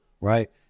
Right